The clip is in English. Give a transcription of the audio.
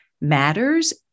matters